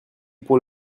pour